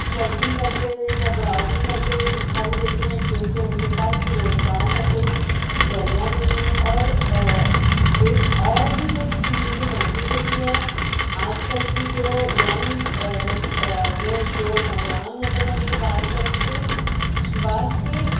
surfing کرتے ہوئے یا براؤزنگ کرتے ہوئے دِکھائی دیتے ہیں کیونکہ اُن کے پاس روزگار کا کوئی ذریعہ نہیں ہے اور ایک اور بھی جو چیز مجھے محسوس ہوتی ہے آج کل کی جو ینگ نس جو جو نوجوان نسل ہے اُن سے بات کرنے کے بات کی